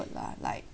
onward lah like